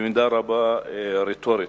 ובמידה רבה רטורית: